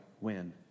win